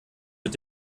mit